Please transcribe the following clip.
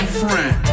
friend